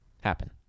happen